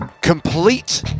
Complete